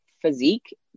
physique